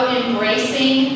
embracing